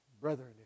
Brethren